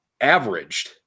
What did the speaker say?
averaged